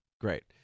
great